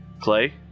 Clay